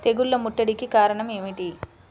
తెగుళ్ల ముట్టడికి కారణం ఏమిటి?